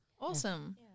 Awesome